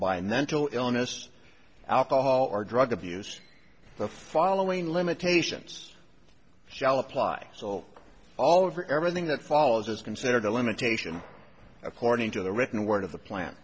to illness alcohol or drug abuse the following limitations shall apply so all over everything that follows is considered a limitation according to the written word of the plan